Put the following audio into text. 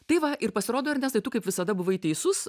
tai va ir pasirodo ernestai tu kaip visada buvai teisus